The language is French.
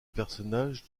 personnage